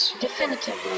Definitively